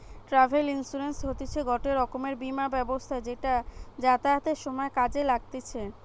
travel insurance হতিছে গটে রকমের বীমা ব্যবস্থা যেটা যাতায়াতের সময় কাজে লাগতিছে